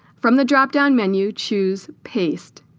from the drop-down menu choose paste